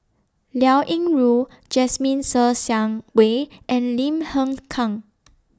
Liao Yingru Jasmine Ser Xiang Wei and Lim Hng Kiang